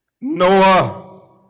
Noah